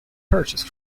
purchase